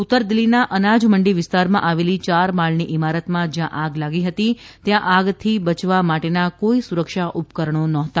ઉત્તર દિલ્હીના અનાજમંડી વિસ્તારમાં આવેલી યારમાળની ઇમારતમાં જ્યાં આગ લાગી હતી ત્યાં આગથી બચવા માટેના કોઇ સુરક્ષા ઉપકરણો નહોતા